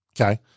Okay